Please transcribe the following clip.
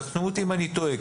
תפנו אותי אם אני טועה,